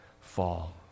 fall